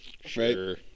Sure